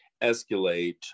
escalate